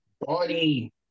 body